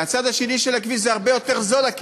מהצד האחר של הכביש הכסף הרבה יותר זול.